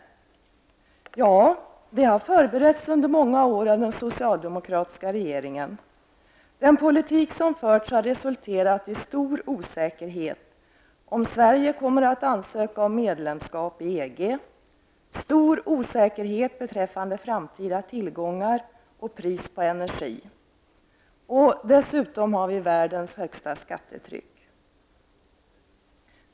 Ja, det har förberetts under många år av den socialdemokratiska regeringen. Den politik som förts har resulterat i stor osäkerhet om Sverige kommer att ansöka om medlemskap i EG, stor osäkerhet beträffande framtida tillgång och pris på energi, och dessutom har vi världens högsta skattetryck.